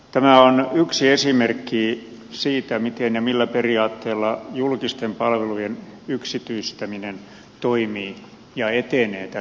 tämä on yksi esimerkki siitä miten ja millä periaatteella julkisten palvelujen yksityistäminen toimii ja etenee tässä yhteiskunnassa